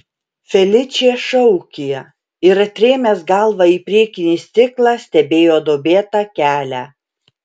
feličė šaukė ir atrėmęs galvą į priekinį stiklą stebėjo duobėtą kelią